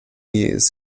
years